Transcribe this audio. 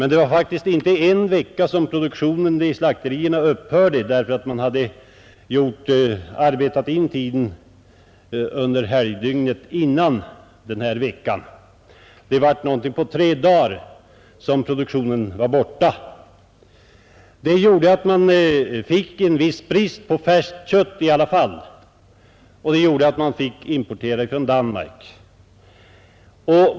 Det var faktiskt inte en hel vecka som produktionen i slakterierna upphörde, eftersom man under helgdygnet före den här veckan hade arbetat in tid — det var ungefär tre dagar som produktionen stod stilla. Det gjorde att det ändå uppstod en viss brist på färskt kött, och man fick importera från Danmark.